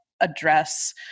address